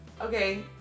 Okay